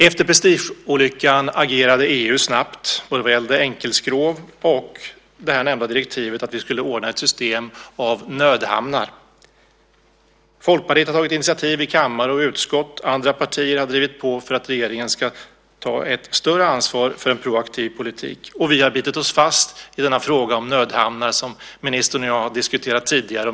Efter Prestigeolyckan agerade EU snabbt vad gällde både enkelskrov och det nämnda direktivet om att ordna ett system av nödhamnar. Folkpartiet har tagit initiativ i kammare och utskott och andra partier har drivit på för att regeringen ska ta ett större ansvar för en proaktiv politik. Vi har bitit oss fast i denna fråga om nödhamnar, som miljöministern och jag har diskuterat tidigare.